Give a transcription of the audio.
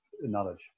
knowledge